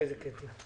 אחרי כן, קטי.